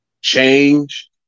change